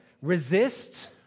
resist